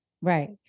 Right